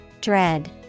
Dread